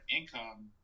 income